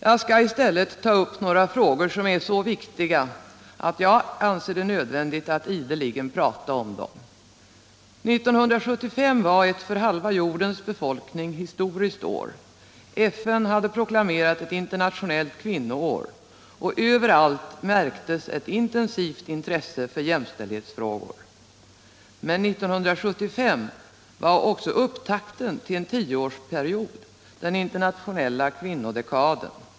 Jag skall i stället, herr talman, ta upp några frågor som är så viktiga att jag anser det nödvändigt att ideligen prata om dem. 1975 var ett för halva jordens befolkning historiskt år. FN hade proklamerat ett internationellt kvinnoår, och överallt i världen märktes ett intensivt intresse för jämställdhetsfrågorna. Men 1975 var också upptakten till en tioårsperiod, den internationella kvinnodekaden.